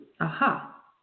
Aha